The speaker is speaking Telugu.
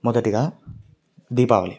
మొదటిగా దీపావళి